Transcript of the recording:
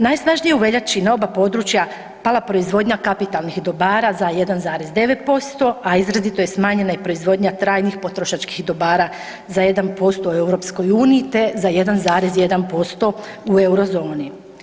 Najsnažnije je u veljači na oba područja pala proizvodnja kapitalnih dobara za 1,9% a izrazito je smanjena i proizvodnja trajnih potrošačkih dobara za 1% u EU-u te za 1,1% u Euro zoni.